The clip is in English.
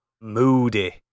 moody